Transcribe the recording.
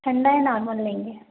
ठंडा या नॉर्मल लेंगे